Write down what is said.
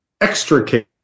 extricate